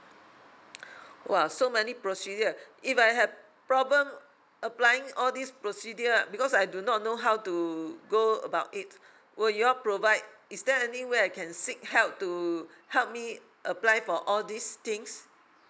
!wow! so many procedure if I have problem applying all these procedure because I do not know how to go about it will you all provide is there any way I can seek help to help me apply for all these things